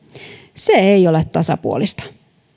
se ei ole tasapuolista